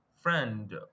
friend